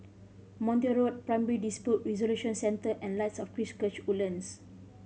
Montreal Road Primary Dispute Resolution Center and Lights of Christ Woodlands